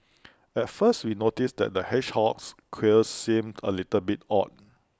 at first we noticed the hedgehog's quills seemed A little bit odd